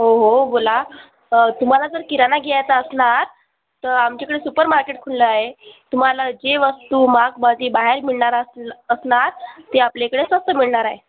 हो हो बोला तुम्हाला जर किराणा घ्यायचा असणार तर आमच्याकडे सुपरमार्केट खुलं आहे तुम्हाला जे वस्तू महागमध्ये बाहेर मिळणार अस असणार ती आपल्याकडे स्वस्त मिळणार आहे